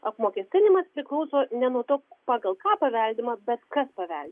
apmokestinimas priklauso ne nuo to pagal ką paveldimas bet kas paveldi